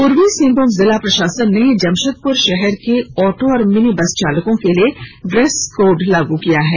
पूर्वी सिंहभूम जिला प्रशासन ने जमशेदपुर शहर के ऑटो और मिनी बस चालकों के लिए ड्रेस कोड लागू कर दिया है